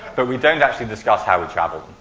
but we don't actually discuss how we traveled.